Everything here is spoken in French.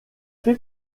fait